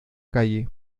calle